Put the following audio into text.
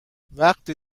وقتی